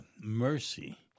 mercy